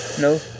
No